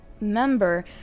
member